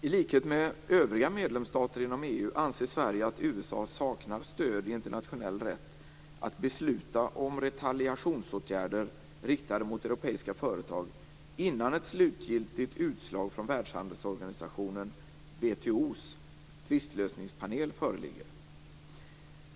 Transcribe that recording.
I likhet med övriga medlemsstater inom EU anser Sverige att USA saknar stöd i internationell rätt att besluta om retaliationsåtgärder riktade mot europeiska företag innan ett slutgiltigt utslag från världshandelsorganisationen WTO:s tvistlösningspanel föreligger.